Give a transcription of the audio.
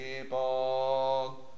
people